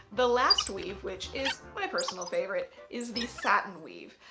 the last weave which is my personal favorite is the satin weave.